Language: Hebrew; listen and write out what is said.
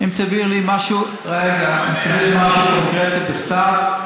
אם תביא לי משהו קונקרטי בכתב,